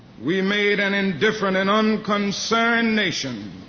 we made an indifferent and unconcerned nation